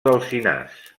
alzinars